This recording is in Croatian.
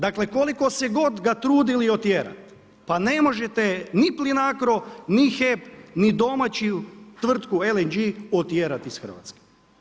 Dakle, koliko se ga god trudili otjerati, pa ne možete ni Plinacro ni HEP ni domaću tvrtku LNG otjerati iz Hrvatske.